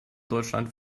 deutschland